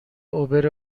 اوبر